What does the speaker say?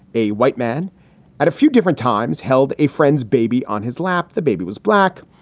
a white man at a few different times, held a friend's baby on his lap. the baby was black,